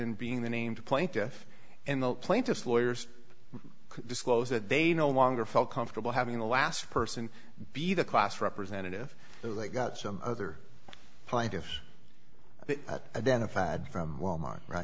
in being the named plaintiff and the plaintiff's lawyers disclose that they no longer felt comfortable having the last person be the class representative so they got some other plaintiffs and then a fad from walmart right